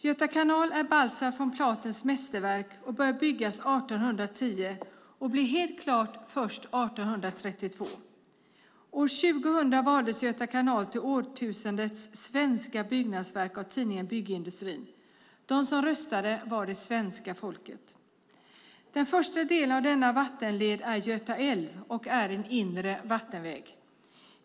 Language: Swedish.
Göta kanal är Baltzar von Platens mästerverk och började byggas 1810 och blev helt klart först 1832. År 2000 valdes Göta kanal till årtusendets svenska byggnadsverk av tidningen Byggindustrin. De som röstade var det svenska folket. Den första delen av denna vattenled är Göta älv och är en inre vattenväg.